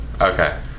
Okay